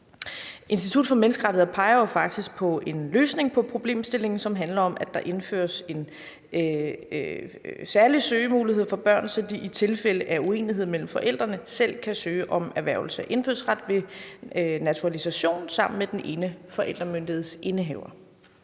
Institut for Menneskerettigheder peger jo så faktisk på en løsning på problemstillingen, som handler om, at der indføres en særlig søgemulighed for børn, så de i tilfælde af uenighed mellem forældrene selv kan søge om erhvervelse af indfødsret ved naturalisation sammen med den ene forældremyndighedsindehaver.